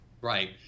Right